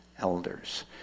elders